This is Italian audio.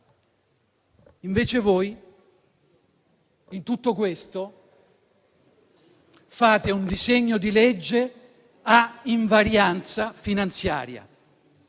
Invece, in tutto questo, voi fate un disegno di legge a invarianza finanziaria.